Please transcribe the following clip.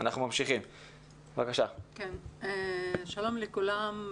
שלום לכולם.